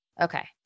Okay